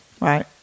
Right